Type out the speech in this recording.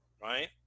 right